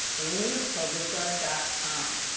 amy klobuchar dot com.